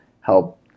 help